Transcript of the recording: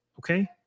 Okay